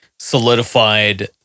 solidified